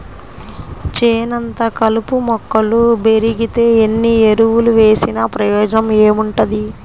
చేనంతా కలుపు మొక్కలు బెరిగితే ఎన్ని ఎరువులు వేసినా ప్రయోజనం ఏముంటది